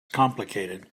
complicated